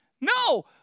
No